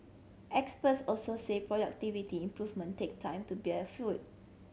experts also say productivity improvement take time to bear fruit